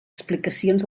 explicacions